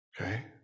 Okay